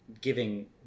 giving